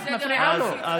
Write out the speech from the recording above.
את מפריעה לו.